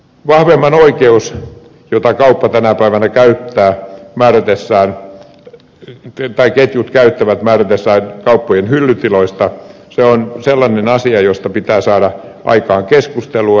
vahvemman oikeus jota ketjut tänä päivänä käy lää mälydessään ja työ tai ketjut käyttävät määrätessään kauppojen hyllytiloista on sellainen asia josta pitää saada aikaan keskustelua